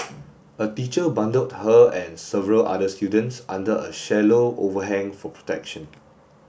a teacher bundled her and several other students under a shallow overhang for protection